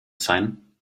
sein